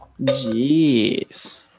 Jeez